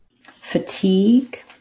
Fatigue